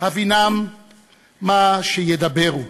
הבינם מה שידברו.